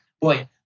boy